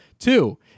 Two